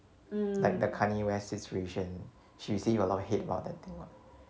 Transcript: like the kanye west situation she receive a lot of hate about that thing what